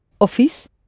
Office